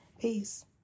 Peace